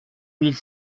mille